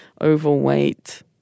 overweight